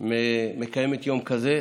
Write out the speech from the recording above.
שמקיימת יום כזה,